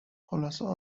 خلاصه